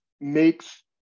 makes